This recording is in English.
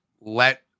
Let